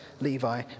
Levi